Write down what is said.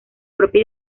propia